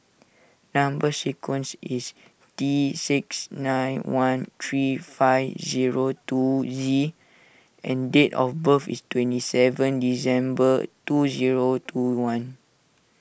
Number Sequence is T six nine one three five zero two Z and date of birth is twenty seven December two zero two one